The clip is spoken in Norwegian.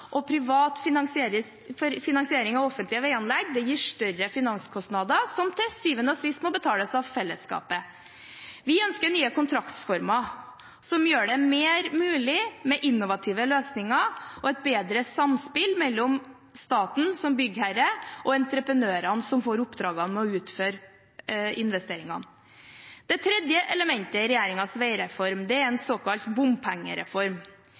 at privat finansiering av offentlige veianlegg gir større finanskostnader, som til syvende og sist må betales av fellesskapet. Vi ønsker nye kontraktsformer som gjør det mer mulig med innovative løsninger og et bedre samspill mellom staten som byggherre og entreprenørene, som får oppdragene med å utføre investeringene. Det tredje elementet i regjeringens veireform er en såkalt bompengereform.